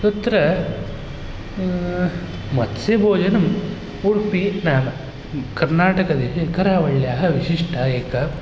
तत्र मत्स्यभोजनं उडुपि नाम कर्नाटकदेशे करावल्याः विशिष्टा एका